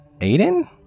Aiden